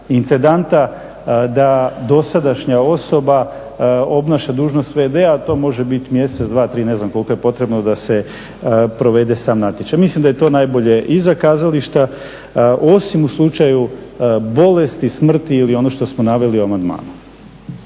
da dosadašnja osoba obnaša dužnost v.d.-a, to može biti mjesec, dva, tri, ne znam koliko je potrebno da se provede sam natječaj. Mislim da je to najbolje i za kazališta, osim u slučaju bolesti, smrti ili ono što smo naveli u amandmanu.